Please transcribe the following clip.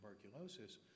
tuberculosis